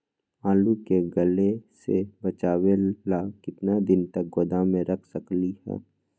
आलू के गले से बचाबे ला कितना दिन तक गोदाम में रख सकली ह?